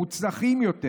מוצלחים יותר,